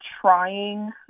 trying